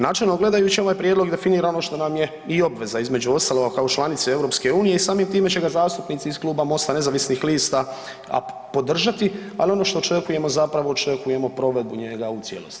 Načelno gledajući ovaj prijedlog definira ono što nam je i obveza između ostaloga kao članice EU i samim time će ga zastupnici iz MOST-a nezavisnih lista podržati, ali ono što očekujemo zapravo očekujemo provedbu njega u cijelosti.